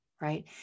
Right